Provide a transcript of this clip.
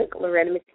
Loretta